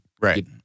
Right